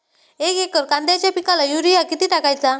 एक एकर कांद्याच्या पिकाला युरिया किती टाकायचा?